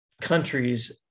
countries